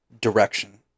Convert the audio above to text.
direction